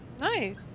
nice